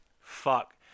fuck